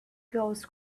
goes